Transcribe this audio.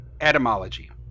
Etymology